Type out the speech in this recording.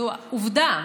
וזו עובדה,